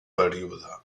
període